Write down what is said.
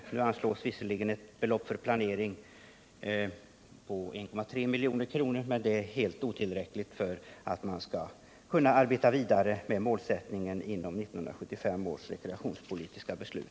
Vidare anslås ett belopp på 1,3 milj.kr. för planering, men det är helt otillräckligt, och stor ovisshet råder hur man skall kunna uppnå de mål som fastställdes i 1975 års rekreationspolitiska beslut.